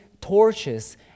torches